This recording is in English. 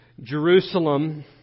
Jerusalem